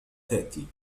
تأتي